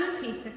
Peter